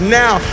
now